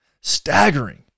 Staggering